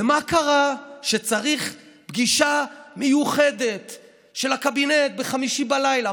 ומה קרה שצריך פגישה מיוחדת של הקבינט בחמישי בלילה?